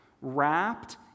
wrapped